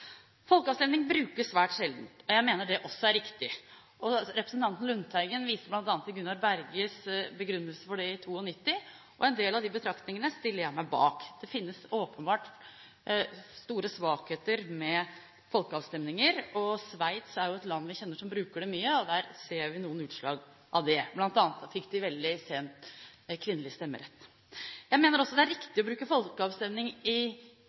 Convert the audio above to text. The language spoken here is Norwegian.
Folkeavstemning brukes svært sjelden, og jeg mener det er riktig. Representanten Lundteigen viste bl.a. til Gunnar Berges begrunnelse for det i 1992, og en del av de betraktningene stiller jeg meg bak. Det finnes åpenbart store svakheter ved folkeavstemninger. Sveits er et land som bruker dette mye, og der ser vi noen utslag av det – bl.a. fikk de kvinnelig stemmerett veldig sent. Jeg mener det er riktig å bruke folkeavstemninger i